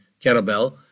kettlebell